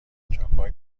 جاپارک